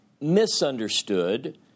misunderstood